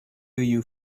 you